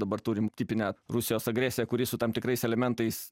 dabar turim tipinę rusijos agresiją kuri su tam tikrais elementais